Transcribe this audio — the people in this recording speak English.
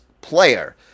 player